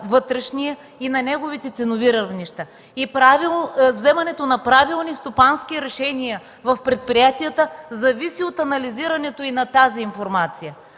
вътрешния пазар и на неговите ценови равнища. Вземането на правилни стопански решения в предприятията зависи от анализирането и на тази информация.